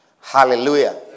Hallelujah